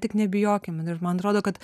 tik nebijokim ir man atrodo kad